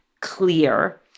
clear